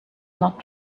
not